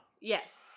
Yes